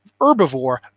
herbivore